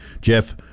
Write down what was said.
Jeff